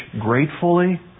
gratefully